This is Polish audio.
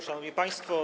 Szanowni Państwo!